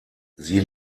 sie